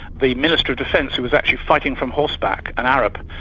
the minister of defence who was actually fighting from horseback, an arab,